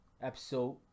episode